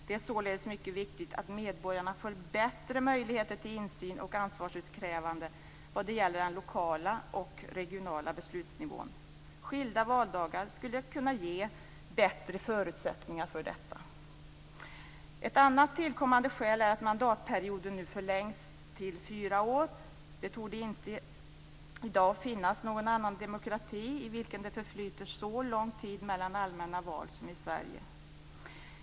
Det är således mycket viktigt att medborgarna får bättre möjligheter till insyn och ansvarsutkrävande vad gäller den lokala och regionala beslutsnivån. Skilda valdagar skulle kunna ge bättre förutsättningar för detta. Ett annat tillkommande skäl är att mandatperioden har förlängts till fyra år. Det torde i dag inte finnas någon annan demokrati i vilken det förflyter så lång tid mellan allmänna val som i Sverige.